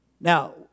Now